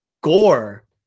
Gore